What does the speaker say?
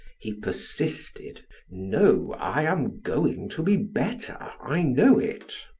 he persisted no, i am going to be better, i know it.